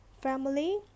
family